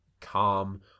calm